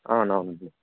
అవునవునుండి